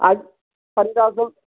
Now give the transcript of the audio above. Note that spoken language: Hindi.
आज पंद्रह सौ